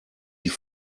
die